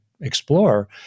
explore